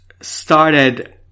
started